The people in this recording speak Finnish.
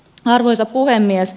arvoisa puhemies